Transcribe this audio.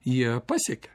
jie pasiekia